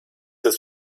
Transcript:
ist